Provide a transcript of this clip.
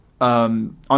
On